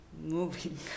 moving